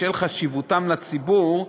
בשל חשיבותם לציבור,